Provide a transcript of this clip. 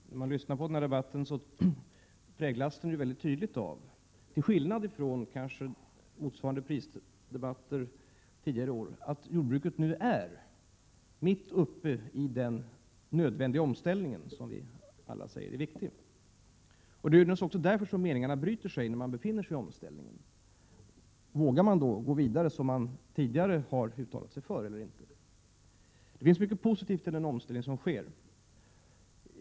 Herr talman! När man lyssnar till debatten märker man att den — kanske till skillnad från motsvarande prisdebatter tidigare år — präglas tydligt av att jordbruket nu är mitt uppe i den nödvändiga omställning som alla säger är viktig. Det är naturligtvis också därför som meningarna bryter sig. Frågan är: Vågar man då gå vidare som man tidigare har uttalat sig för eller inte? Det finns mycket positivt i den omställning som sker.